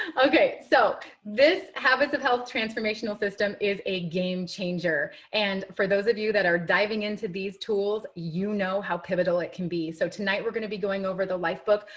ok. so this habits of health transformational system is a game changer. and for those of you that are diving into these tools, you know how pivotal it can be. so tonight we're going to be going over the lifebook.